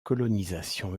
colonisation